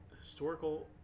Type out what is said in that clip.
historical